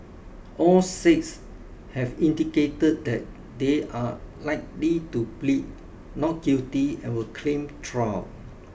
all six have indicated that they are likely to plead not guilty and will claim trial